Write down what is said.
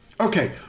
Okay